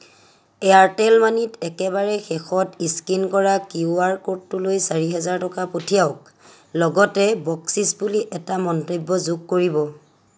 Airtel মানিত একেবাৰে শেষত স্কিন কৰা কিউ আৰ ক'ডটোলৈ চাৰি হাজাৰ টকা পঠিয়াওক লগতে বকচিচ বুলি এটা মন্তব্য যোগ কৰিব